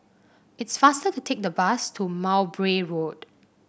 it's faster to take the bus to Mowbray Road